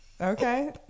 Okay